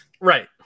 right